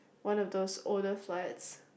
one of those older flats